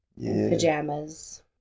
pajamas